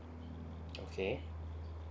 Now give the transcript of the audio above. okay